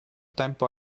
tempo